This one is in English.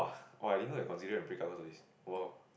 I didn't know that you considering break up cause of this !wow!